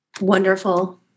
Wonderful